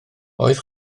oedd